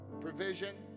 provision